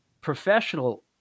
professional